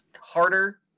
harder